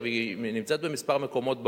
והיא קיימת בכמה מקומות בעולם.